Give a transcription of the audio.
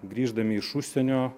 grįždami iš užsienio